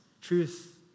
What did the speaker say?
truth